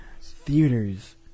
theaters